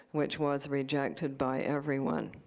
which was rejected by everyone.